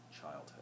childhood